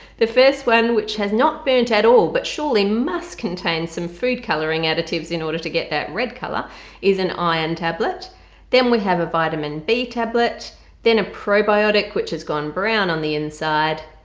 the first one which has not burnt at all but surely must contain some food coloring additives in order to get that red colour is an iron tablet then we have a vitamin b tablet then a probiotic which has gone brown on the inside.